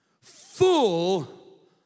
full